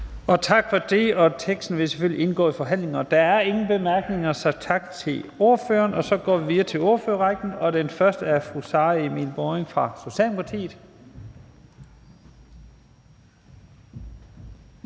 Tak for det. Teksten vil selvfølgelig indgå i forhandlingerne. Der er ingen korte bemærkninger, så vi siger tak til ordføreren for forespørgerne. Så går vi videre til ordførerrækken. Den første er fru Sara Emil Baaring fra Socialdemokratiet.